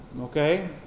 Okay